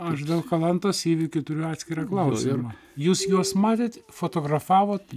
aš gal kalantos įvykių turiu atskirą klausimą jūs juos matėt fotografavot